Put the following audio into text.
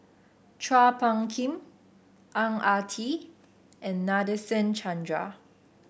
Chua Phung Kim Ang Ah Tee and Nadasen Chandra